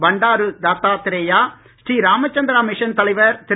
Bandaru Dattatreya Shri Ramachandra mission தலைவர் திரு